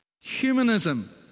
humanism